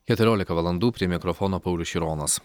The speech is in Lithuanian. keturiolika valandų prie mikrofono paulius šironas